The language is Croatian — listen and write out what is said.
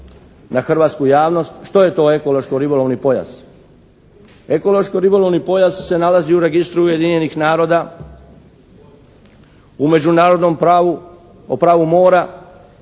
na hrvatsku javnost što je to ekološko-ribolovni pojas. Ekološko-ribolovni pojas se nalazi u registru Ujedinjenih naroda u međunarodnom pravu o pravu mora